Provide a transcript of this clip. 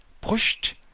pushed